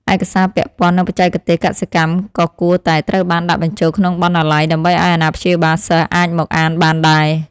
ឯកសារពាក់ព័ន្ធនឹងបច្ចេកទេសកសិកម្មក៏គួរតែត្រូវបានដាក់បញ្ចូលក្នុងបណ្ណាល័យ ដើម្បីឱ្យអាណាព្យាបាលសិស្សអាចមកអានបានដែរ។